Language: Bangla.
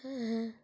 হ্যাঁ হ্যাঁ